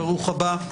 ברוך הבא,